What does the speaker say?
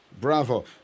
Bravo